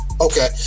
okay